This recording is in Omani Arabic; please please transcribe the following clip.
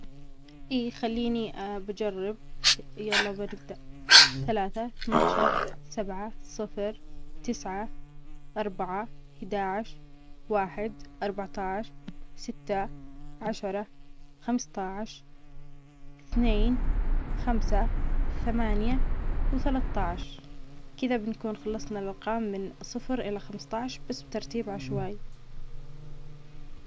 إيه خلينى بجرب يلا بتبدأ، ثلاثة أتناشر سبعة صفر تسعة أربعة حداش واحد أربعتاش ستة عشرة خمستاش أثنين خمسة ثمانية وثلاتاش، كدا بنكون خلصنا الأرقام من صفر إلى خمستاش بس بترتيب عشوائى.